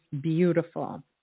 beautiful